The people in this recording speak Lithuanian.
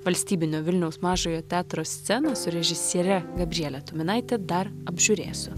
valstybinio vilniaus mažojo teatro sceną su režisiere gabriele tuminaite dar apžiūrėsiu